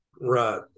Right